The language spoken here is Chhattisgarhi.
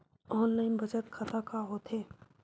ऑनलाइन बचत खाता का होथे?